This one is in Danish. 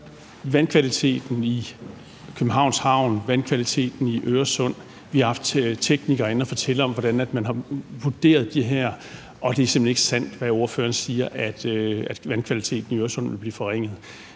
vandkvaliteten i Københavns Havn, vandkvaliteten i Øresund, har vi haft teknikere inde for at fortælle om, hvordan man har vurderet det her, og det, ordføreren siger om, at vandkvaliteten i Øresund vil blive forringet,